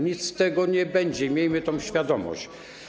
Nic z tego nie będzie, miejmy tę świadomość.